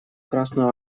красную